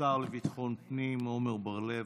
השר לביטחון פנים עמר בר לב,